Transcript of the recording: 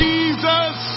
Jesus